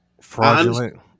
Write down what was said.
fraudulent